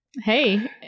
Hey